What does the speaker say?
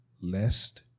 lest